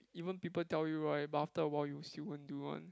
even people tell you [right] but after awhile you still won't do [one]